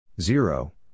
Zero